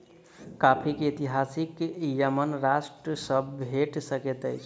coffee के इतिहास Yemen राष्ट्र सॅ भेट सकैत अछि